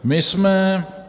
My jsme...